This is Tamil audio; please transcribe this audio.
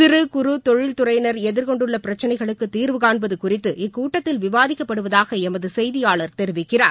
சிறு குறு தொழில் துறையினர் எதிர்கொண்டுள்ளபிரச்சினைகளுக்குதிவு காண்பதுகுறித்து இக்கூட்டத்தில் விவாதிக்கப்படுவதாகளமதுசெய்தியாளர் தெரிவிக்கிறார்